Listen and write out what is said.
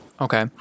Okay